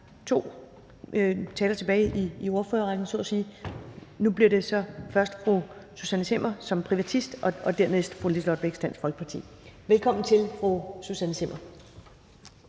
to talere tilbage i ordførerrækken så at sige. Nu bliver det så først fru Susanne Zimmer som privatist – og dernæst fru Liselott Blixt fra Dansk Folkeparti. Velkommen til fru Susanne Zimmer.